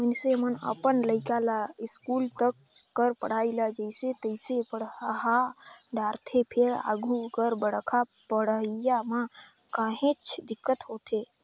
मइनसे मन अपन लइका ल इस्कूल तक कर पढ़ई ल जइसे तइसे पड़हा डारथे फेर आघु कर बड़का पड़हई म काहेच दिक्कत होथे